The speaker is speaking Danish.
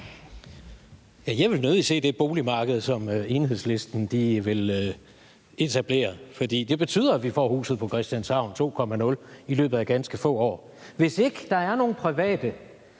Jeg vil nødig se det boligmarked, som Enhedslisten vil etablere, for det betyder, at vi får Huset på Christianshavn 2.0 i løbet af ganske få år. Hvis ikke der er nogle private,